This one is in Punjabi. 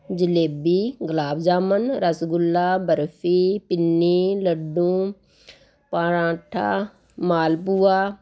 ਜਲੇਬੀ ਗੁਲਾਬ ਜਾਮਨ ਰਸਗੁੱਲਾ ਬਰਫੀ ਪਿੰਨੀ ਲੱਡੂ ਪਰਾਂਠਾ ਮਾਲ ਪੂਆ